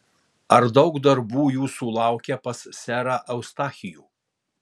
ar daug darbų jūsų laukia pas serą eustachijų